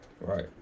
Right